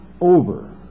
over